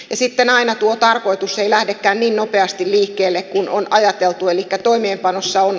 esitän aina tuo tarkoitus ei lähdekään niin nopeasti liikkeelle kun on ajateltu elikkä toimeenpanossa un